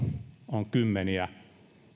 on kymmeniä